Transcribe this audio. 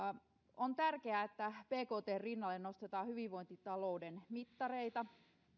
on tärkeää että bktn rinnalle nostetaan hyvinvointitalouden mittareita